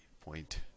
point